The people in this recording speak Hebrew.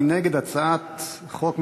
מי נגד הצעת החוק?